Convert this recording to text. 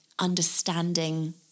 understanding